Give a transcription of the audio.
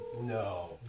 No